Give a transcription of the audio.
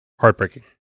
heartbreaking